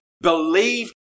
Believe